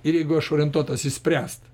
ir jeigu aš orientuotas išspręst